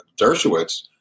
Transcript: Dershowitz